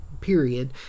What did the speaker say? period